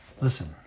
Listen